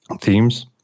themes